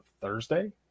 Thursday